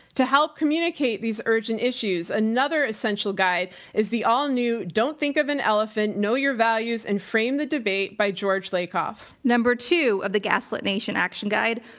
to help communicate these urgent issues, another essential guide is the all new don't think of an elephant. know your values and frame the debate by george lakoff. number two of the gaslit nation action guide.